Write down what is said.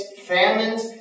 famines